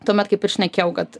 tuomet kaip ir šnekėjau kad